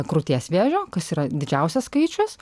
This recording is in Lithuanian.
krūties vėžio kas yra didžiausias skaičius